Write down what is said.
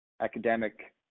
academic